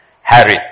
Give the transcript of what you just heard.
Harry